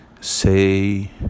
say